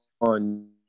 on